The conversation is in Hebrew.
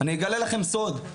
אני אגלה לכם סוד.